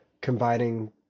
combining